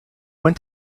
went